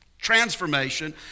transformation